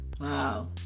Wow